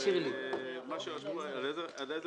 בסעיף